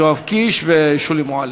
יואב קיש ושולי מועלם.